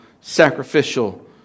sacrificial